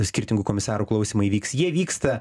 skirtingų komisarų klausymai vyks jie vyksta